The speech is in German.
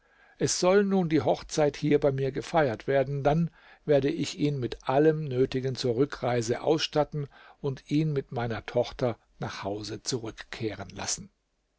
es soll nun die hochzeit hier bei mir gefeiert werden dann werde ich ihn mit allem nötigen zur rückreise ausstatten und ihn mit meiner tochter nach hause zurückkehren lassen